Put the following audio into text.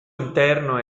interno